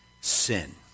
sin